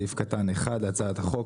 בסעיף קטן (1) להצעת החוק,